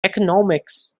economics